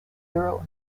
euro